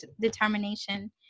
determination